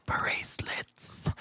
bracelets